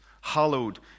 hallowed